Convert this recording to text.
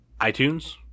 iTunes